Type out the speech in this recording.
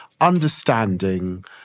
understanding